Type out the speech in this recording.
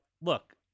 look